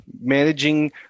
managing